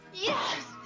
Yes